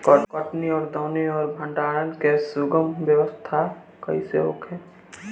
कटनी और दौनी और भंडारण के सुगम व्यवस्था कईसे होखे?